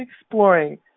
exploring